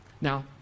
Now